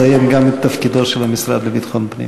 נציין גם את תפקידו של המשרד לביטחון פנים.